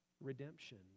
redemption